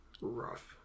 rough